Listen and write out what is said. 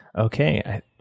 Okay